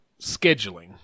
Scheduling